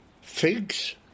figs